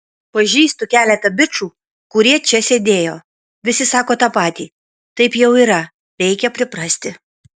pažįstu keletą bičų kurie čia sėdėjo visi sako tą patį taip jau yra reikia priprasti